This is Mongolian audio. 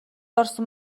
орсон